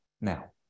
now